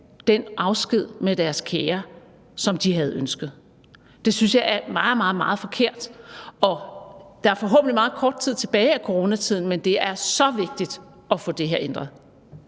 den afsked med deres kære, som de havde ønsket. Det synes jeg er meget, meget forkert, og der er forhåbentlig meget kort tid tilbage af coronakrisen, men det er så vigtigt at få det her ændret.